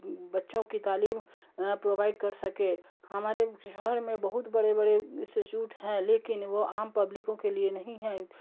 بچوں کی تعلیم پرووائڈ کر سکے ہمارے شہر میں بہت بڑے بڑے انسٹیچوٹ ہیں لیکن وہ عام پبلکوں کے لیے نہیں ہیں